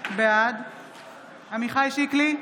בעד עמיחי שיקלי,